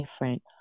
different